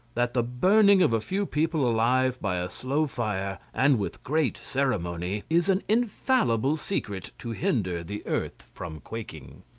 that the burning of a few people alive by a slow fire, and with great ceremony, is an infallible secret to hinder the earth from quaking.